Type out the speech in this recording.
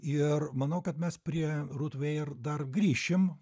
ir manau kad mes prie rut veir dar grįšim